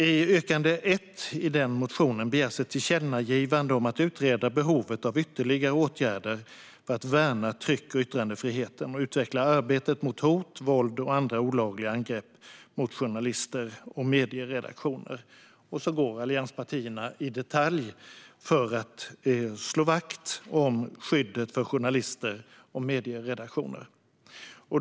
I yrkande 1 i denna motion begärs ett tillkännagivande om att utreda behovet av ytterligare åtgärder för att värna tryck och yttrandefriheten och utveckla arbetet mot hot, våld och andra olagliga angrepp mot journalister och medieredaktioner. Allianspartierna går in i detalj på hur man ska slå vakt om skyddet för journalister och medieredaktioner.